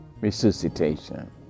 resuscitation